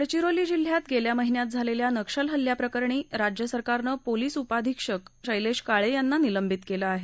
गडचिरोली जिल्ह्यात गेल्या महिन्यात झालेल्या नक्षलहल्ल्याप्रकरणी राज्य सरकारनं पोलिस उप अधिक्षक शक्तिग्रा काळे यांना निलंबित केलं आहे